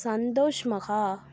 சந்தோஷ்மகா